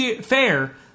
fair